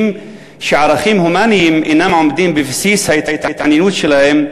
שערכים הומניים אינם עומדים בבסיס ההתעניינות שלהם,